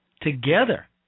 together